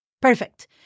Perfect